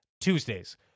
Tuesdays